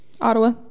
Ottawa